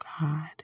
God